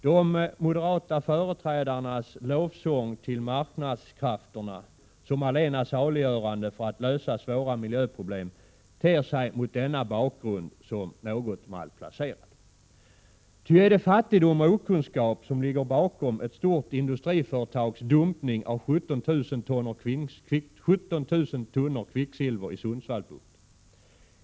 De moderata företrädarnas lovsång till marknadskrafterna som allena saliggörande för att lösa svåra miljöproblem ter sig mot denna bakgrund som något malplacerad. Ty är det fattigdom och okunskap som ligger bakom ett stort industriföretags dumpning av 17 000 tunnor kvicksilver i Sundsvallsbukten?